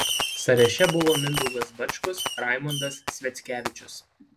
sąraše buvo mindaugas bačkus raimondas sviackevičius